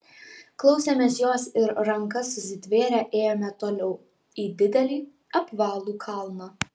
klausėmės jos ir rankas susitvėrę ėjome toliau į didelį apvalų kalną